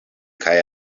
kaj